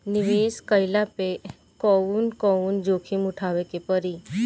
निवेस कईला मे कउन कउन जोखिम उठावे के परि?